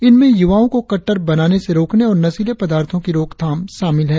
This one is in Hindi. इनमें युवाओं को कट्टर बनाने से रोकने और नशीले पदार्थों की रोकथाम शामिल हैं